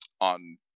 on